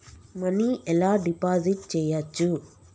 Money ఎలా deposit చేయచ్చు?